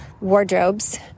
wardrobes